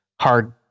hard